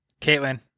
Caitlin